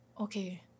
okay